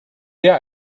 der